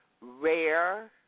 rare